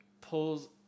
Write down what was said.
pulls